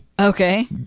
Okay